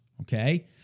okay